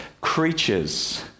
creatures